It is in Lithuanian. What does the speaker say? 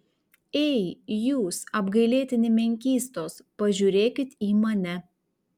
ei jūs apgailėtini menkystos pažiūrėkit į mane